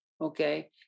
Okay